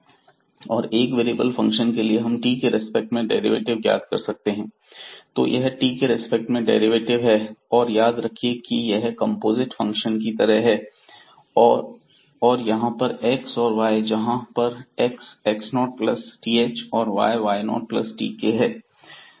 और एक variable function के लिए हम t के रेस्पेक्ट में डेरिवेटिव ज्ञात कर सकते हैं तो यह t के रेस्पेक्ट में डेरिवेटिव है और याद रखिए कि यह कंपोजिट फंक्शन की तरह है यहां पर x और y है जहां पर x x0 प्लस th और y y0 प्लस tk है